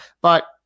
but-